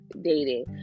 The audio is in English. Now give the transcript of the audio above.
dating